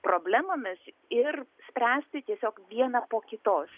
problemomis ir spręsti tiesiog vieną po kitos